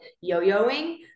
yo-yoing